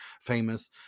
famous